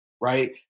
right